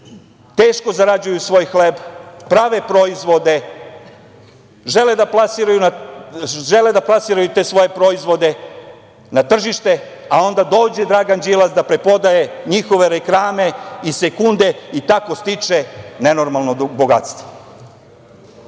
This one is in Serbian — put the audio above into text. teško zarađuju svoj hleb, prave proizvode, žele da plasiraju te svoje proizvode na tržište, a onda dođe Dragan Đilas da preprodaje njihove reklame i sekunde i tako stiče nenormalno bogatstvo. Naravno,